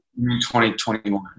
2021